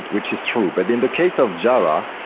which is true. but in the case of java,